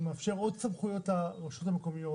הוא מאפשר עוד סמכויות לרשויות המקומיות